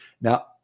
Now